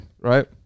right